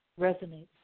resonates